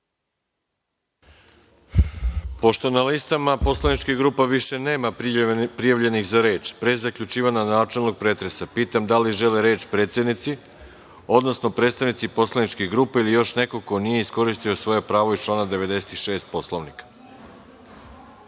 Pošto na listama poslaničkih grupa više nema prijavljenih za reč, pre zaključivanja načelnog pretresa pitam da li žele reč predsednici, odnosno predstavnici poslaničkih grupa ili još neko ko iskoristio svoje pravo iz člana 96. Poslovnika? Reč